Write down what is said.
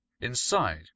Inside